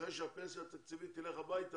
אחרי שהפנסיה התקציבית תלך הביתה,